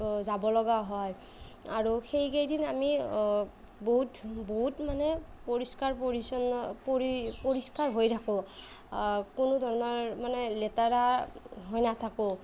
যাব লগা হয় আৰু সেইকেইদিন আমি বহুত বহুত মানে পৰিষ্কাৰ পৰিচ্ছন্ন পৰি পৰিষ্কাৰ হৈ থাকোঁ কোনো ধৰণৰ মানে লেতেৰা হৈ নাথাকোঁ